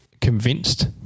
convinced